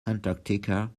antarctica